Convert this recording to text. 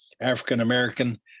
African-American